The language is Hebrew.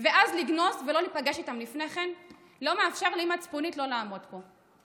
ואז לגנוז ולא להיפגש איתם לפני כן לא מאפשר לי מצפונית לא לעמוד פה,